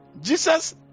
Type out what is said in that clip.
Jesus